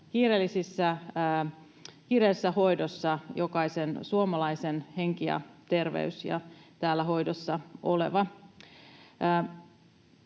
kiireellisessä hoidossa jokaisen suomalaisen henki ja terveys ja täällä hoidossa olevat.